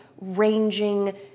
ranging